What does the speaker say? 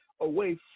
away